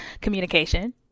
communication